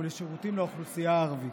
ולשירותים לאוכלוסייה הערבית.